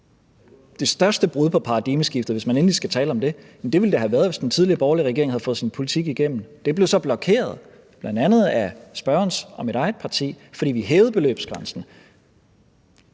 det største brud på paradigmeskiftet, hvis man endelig skal tale om det, da ville have været, hvis den tidligere borgerlige regering havde fået sin politik igennem. Det blev så blokeret, bl.a. af spørgerens og mit eget parti, fordi vi hævede beløbsgrænsen.